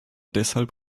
deshalb